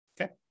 Okay